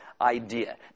idea